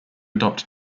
adopt